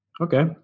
Okay